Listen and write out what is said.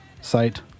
site